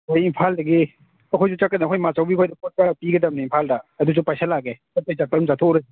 ꯍꯣꯏ ꯏꯝꯐꯥꯜꯗꯐꯗꯒꯤ ꯑꯩꯈꯣꯏꯁꯨ ꯆꯠꯀꯅꯤ ꯑꯩꯈꯣꯏ ꯃꯥꯆꯧꯕꯤꯍꯣꯏꯗ ꯄꯣꯠ ꯈꯔ ꯄꯤꯒꯗꯕꯅꯦ ꯏꯝꯐꯥꯜꯗ ꯑꯗꯨꯁꯨ ꯄꯥꯏꯁꯤꯜꯂꯛꯑꯒꯦ ꯆꯠꯄꯒꯤ ꯆꯠꯄ ꯑꯗꯨꯝ ꯆꯠꯊꯣꯛꯎꯔꯁꯤ